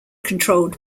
controlled